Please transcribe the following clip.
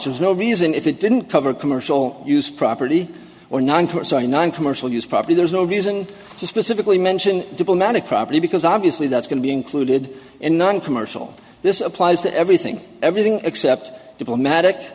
there's no reason if it didn't cover commercial use property or non court sorry noncommercial use property there's no reason to specifically mention diplomatic property because obviously that's going to be included in noncommercial this applies to everything everything except diplomatic